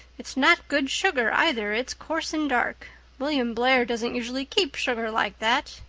it's not good sugar, either it's coarse and dark william blair doesn't usually keep sugar like that.